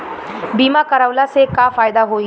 बीमा करवला से का फायदा होयी?